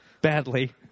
Badly